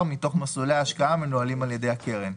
מתוך מסלולי השקעה המנוהלים על ידי הקרן,